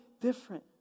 different